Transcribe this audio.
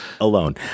alone